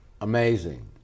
Amazing